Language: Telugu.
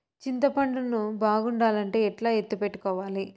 చింతపండు ను బాగుండాలంటే ఎట్లా ఎత్తిపెట్టుకోవాలి?